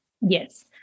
Yes